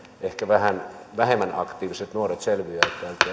ehkä vähän vähemmän aktiiviset nuoret selviävät